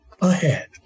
ahead